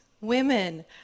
women